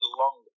long